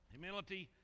Humility